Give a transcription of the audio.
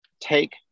take